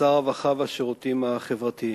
שר הרווחה והשירותים החברתיים,